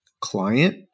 client